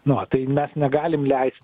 nu va tai mes negalim leist